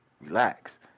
relax